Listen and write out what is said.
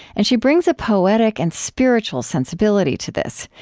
and she brings a poetic and spiritual sensibility to this.